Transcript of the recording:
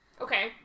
Okay